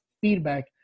feedback –